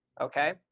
okay